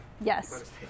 Yes